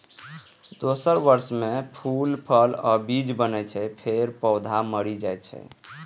दोसर वर्ष मे फूल, फल आ बीज बनै छै, फेर पौधा मरि जाइ छै